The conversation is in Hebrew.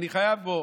בוא,